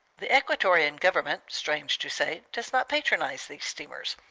the ecuadorian government, strange to say, does not patronize these steamers,